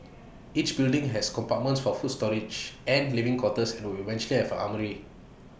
each building has compartments for food storage and living quarters and would eventually have armoury